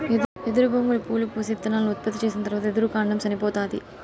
ఎదురు బొంగులు పూలు పూసి, ఇత్తనాలను ఉత్పత్తి చేసిన తరవాత ఎదురు కాండం సనిపోతాది